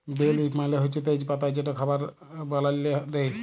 বে লিফ মালে হছে তেজ পাতা যেট খাবারে রাল্লাল্লে দিই